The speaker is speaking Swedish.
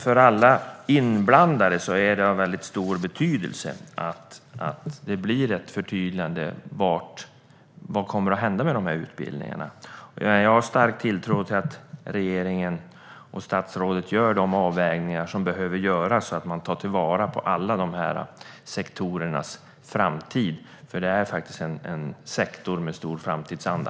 För alla inblandade är det av stor betydelse att det blir förtydligat vad som kommer att hända med de här utbildningarna. Jag har stark tilltro till att regeringen och statsrådet gör de avvägningar som behöver göras och ser till alla de här sektorernas framtid, för det är sektorer med en stark framtidsanda.